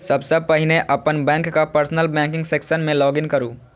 सबसं पहिने अपन बैंकक पर्सनल बैंकिंग सेक्शन मे लॉग इन करू